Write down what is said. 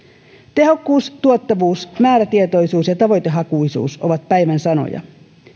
tehokkuus tuottavuus määrätietoisuus ja tavoitehakuisuus ovat päivän sanoja